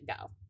go